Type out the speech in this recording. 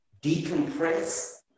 decompress